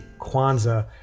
Kwanzaa